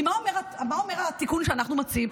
כי מה אומר התיקון שאנחנו מציעים?